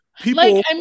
People